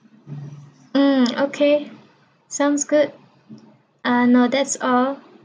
ah okay sounds good ah no that's all